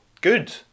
good